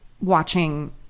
watching